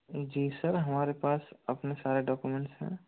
जी sir हमारे पास अपने सारे डाक्यूमेंट्स हैं